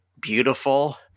beautiful